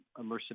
immersive